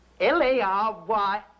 L-A-R-Y